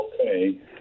Okay